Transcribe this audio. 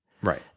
Right